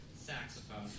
Saxophone